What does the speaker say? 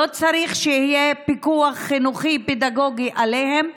לא צריך שיהיה פיקוח חינוכי פדגוגי עליהם?